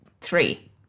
three